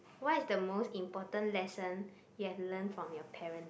what is the most important lesson you've learnt from your parents